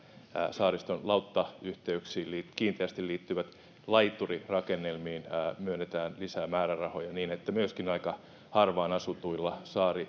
saariston lauttayhteyksiin kiinteästi liittyviin laiturirakennelmiin myönnetään lisää määrärahoja niin että aika harvaan asutuilla